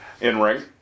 in-ring